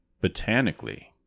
botanically